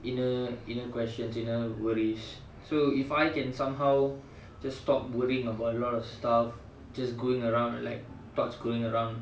inner inner questions you know worries so if I can somehow just stop worrying about a lot of stuff just going around like thoughts going around